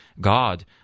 God